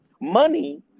money